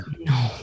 No